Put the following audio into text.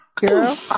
Girl